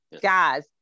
Guys